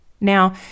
Now